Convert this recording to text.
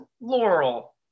laurel